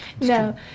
No